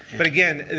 but again,